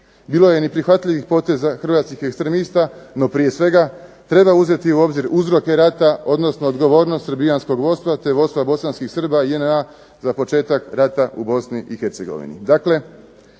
Bilo je neprihvatljivih poteza hrvatskih ekstremista, no prije svega treba uzeti u obzir uzroke rata, odnosno odgovornost Srbijanskog vodstva, vodstva Bosanskih srba, JNA, za početak rata u Bosni i Hercegovini.